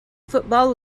football